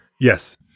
Yes